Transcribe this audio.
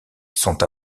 sont